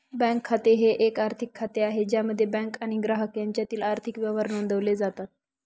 bank खाते हे एक आर्थिक खाते आहे ज्यामध्ये बँक आणि ग्राहक यांच्यातील आर्थिक व्यवहार नोंदवले जातात